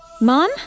Mom